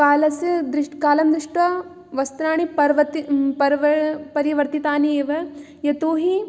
कालस्य दृष् कालं दृष्ट्वा वस्त्राणि पर्वत् परिवर्तितानि एव यतोहि